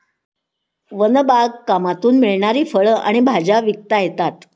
one बागकामातून मिळणारी फळं आणि भाज्या विकता येतात